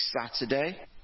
Saturday